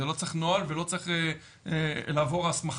זה לא צריך נוהל ולא צריך לעבור הסמכה